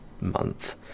month